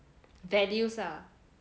values lah